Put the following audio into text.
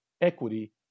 equity